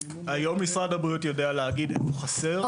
היום משרד הבריאות יודע להגיד איפה חסר רובוט?